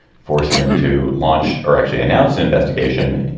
forcing them to launch or actually announced investigation.